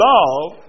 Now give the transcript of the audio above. Love